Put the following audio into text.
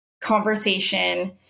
conversation